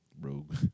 Rogue